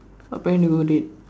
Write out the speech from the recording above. I planning to go date